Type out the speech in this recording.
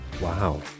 wow